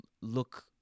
look